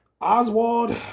Oswald